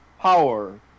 Power